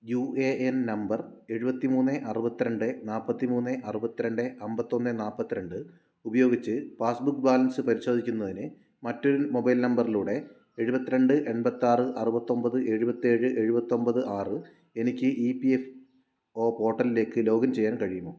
UAN number എഴുപത്തി മൂന്ന് അറുപത്തി രണ്ട് നാപ്പത്തി മൂന്ന് അറുപത്തി രണ്ട് അമ്പത്തി ഒന്ന് നാപ്പത്തി രണ്ട് ഉപയോഗിച്ച് പാസ്ബുക്ക് ബാലൻസ് പരിശോധിക്കുന്നതിന് മറ്റൊരു മൊബൈൽ നമ്പറിലൂടെ എഴുപത്തി രണ്ട് എണ്പത്തി ആറ് അറുപത്തി ഒൻപത് എഴുപത്തി ഏഴ് എഴുപത്തി ഒൻപത് ആറ് എനിക്ക് ഇപിഎഫ്ഒ പോർട്ടലിലേക്ക് ലോഗിൻ ചെയ്യാൻ കഴിയുമോ